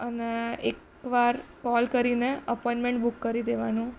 અને એકવાર કોલ કરીને અપોઈનમેન્ટ બુક કરી દેવાનું